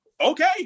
okay